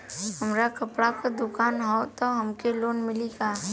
हमार कपड़ा क दुकान हउवे त हमके लोन मिली का?